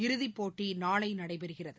இறுதிப் போட்டிநாளைநடைபெறுகிறது